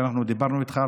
אנחנו דיברנו איתך,